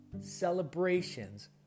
celebrations